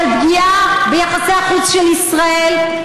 של פגיעה ביחסי החוץ של ישראל,